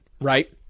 right